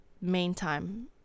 meantime